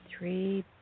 Three